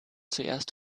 zuerst